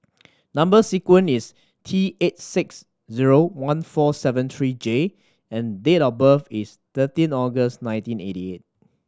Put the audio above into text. number sequence is T eight six zero one four seven three J and date of birth is thirteen August nineteen eighty eight